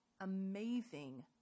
amazing